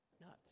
nuts